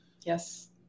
yes